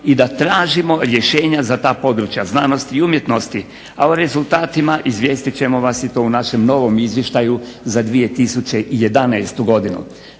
i da tražimo rješenja za ta područja znanosti i umjetnosti, a o rezultatima izvijestit ćemo vas i to u našem novom izvještaju za 2011. godinu.